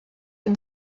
den